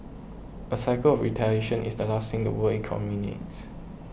a cycle of retaliation is the last thing the world economy needs